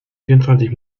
vierundzwanzig